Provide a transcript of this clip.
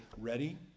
ready